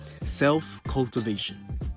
self-cultivation